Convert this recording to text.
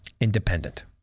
Independent